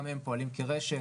גם הם פועלים כרשת,